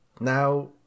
Now